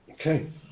Okay